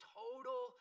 total